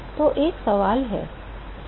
तो एक सवाल है